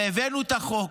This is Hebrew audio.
והבאנו את החוק